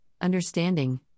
understanding